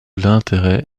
l’intérêt